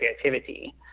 creativity